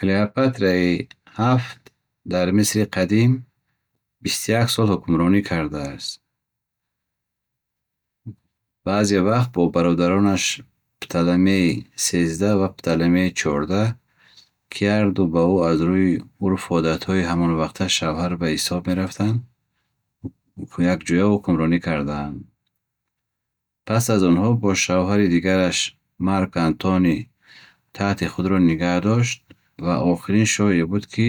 Клеопатраи ҳафт дар Мисри Қадим бисту як сол ҳукумронӣ кардааст. Баъзе вақт бо бародаронаш Пталамей сездаҳ ва Пталамей чордаҳ, ки ҳарду ба ӯ аз руи урфу оддатҳои ҳамонвақта шавҳар ба ҳисоб мерафтан, якҷоя ҳукумронӣ карданд. Паз аз онҳо бо шавҳари дигараш Марк Антони тахти худро нигаҳ дошт ва охирин шоҳе буд, ки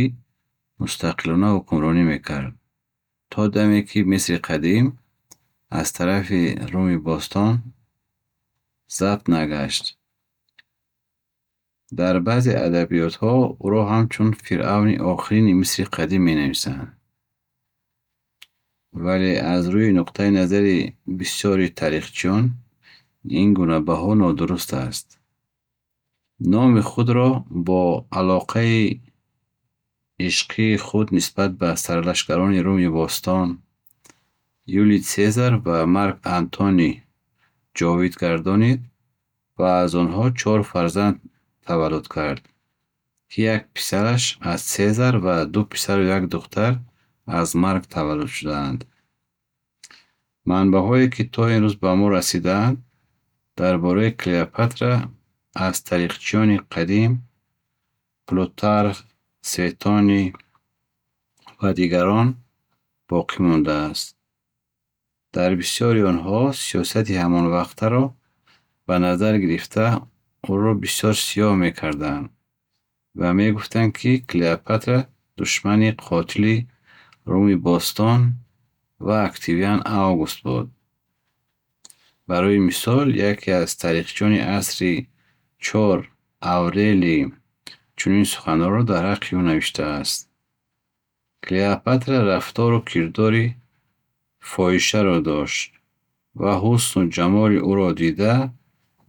мустақилона ҳукумронӣ мекард. То даме, ки Мисри Қадим аз тарафи Рими Бостон запт нагашт. Дар баъзе адабиётҳо ӯро ҳамчун фиръавни охирини Мисри Қадим менависанд. Вале аз руи нуқтаи назари бисери таърихчиён ин гуна баҳо нодуруст аст. Номи худро бо алоқаи ишқии худ нисбат бо сарлашкарони Бостон, Юлий Цезар ва Марк Антони ҷовид гардонид ва аз онҳо чор фарзанд таваллуд кар, ки писараш аз Сезар ва ду писару як духтар аз Марк таваллуд шудаанд. Манбаҳое, ки то имруз ба мо расидаанд дар бораи Клеопатра, аз таърихчиёни қадим Плутарх, Светони ва дигарон боқи мондааст. Дар бисери онҳо сиёсати ҳамонвақтаро ба назар гирифта уро бисер сиёҳ мекарданд ва мегуфтанд, ки Клеопатра душмани қотили Руми Бостон ва Активиан Август буд. Барои мисол, яке аз таърихчиени асри чор Аврелий чунин суханҳоро дар ҳақи ӯ навиштааст. "Клеопатра рафтору кирдори фоҳишаро дошт ва ҳусну ҷамоли уро дида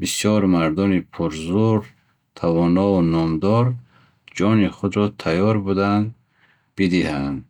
бисер мардони пурзур, тавонову номдор ҷони худро таер будан бидиҳанд."